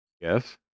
Yes